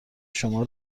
شما